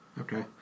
Okay